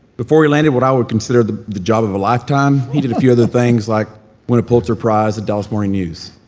before he landed what i would consider the the job of a lifetime, he did a few other things, like win a pulitzer prize at dallas morning news.